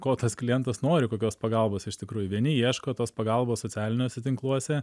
ko tas klientas nori kokios pagalbos iš tikrųjų vieni ieško tos pagalbos socialiniuose tinkluose